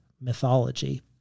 mythology